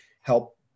help